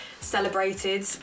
celebrated